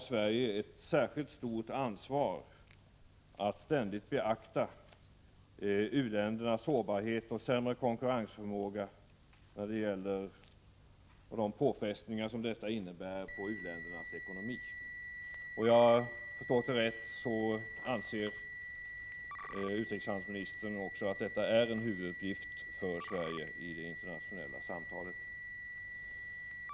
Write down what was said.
Sverige har ett särskilt stort ansvar att ständigt beakta u-ländernas sårbarhet och sämre konkurrensförmåga och de påfrestningar som detta innebär på u-ländernas ekonomi. Om jag har förstått det rätt så anser även utrikeshandelsministern att detta är en huvuduppgift för Sverige i det internationella samtalet.